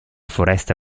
foresta